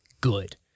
good